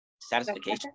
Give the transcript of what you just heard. satisfaction